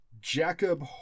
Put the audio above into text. Jacob